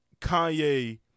kanye